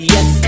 Yes